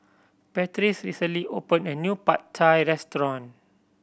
Patrice recently opened a new Pad Thai Restaurant